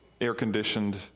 air-conditioned